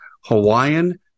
Hawaiian